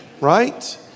right